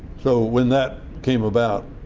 so when that came about,